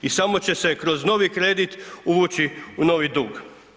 I samo će se kroz novi kredit uvući u novi dug.